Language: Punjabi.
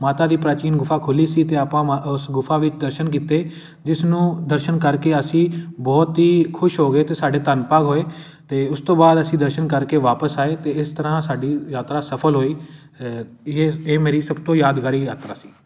ਮਾਤਾ ਦੀ ਪ੍ਰਾਚੀਨ ਗੁਫਾ ਖੁੱਲ੍ਹੀ ਸੀ ਅਤੇ ਆਪਾਂ ਮਾ ਉਸ ਗੁਫਾ ਵਿੱਚ ਦਰਸ਼ਨ ਕੀਤੇ ਜਿਸ ਨੂੰ ਦਰਸ਼ਨ ਕਰਕੇ ਅਸੀਂ ਬਹੁਤ ਹੀ ਖੁਸ਼ ਹੋ ਗਏ ਅਤੇ ਸਾਡੇ ਧੰਨ ਭਾਗ ਹੋਏ ਅਤੇ ਉਸ ਤੋਂ ਬਾਅਦ ਅਸੀਂ ਦਰਸ਼ਨ ਕਰਕੇ ਵਾਪਸ ਆਏ ਅਤੇ ਇਸ ਤਰ੍ਹਾਂ ਸਾਡੀ ਯਾਤਰਾ ਸਫਲ ਹੋਈ ਇਹ ਇਹ ਮੇਰੀ ਸਭ ਤੋਂ ਯਾਦਗਾਰੀ ਯਾਤਰਾ ਸੀ